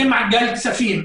זה מעגל קסמים.